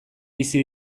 bizi